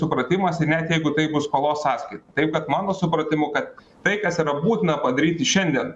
supratimas ir net jeigu tai bus skolos sąskaita taip kad mano supratimu kad tai kas yra būtina padaryti šiandien